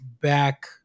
back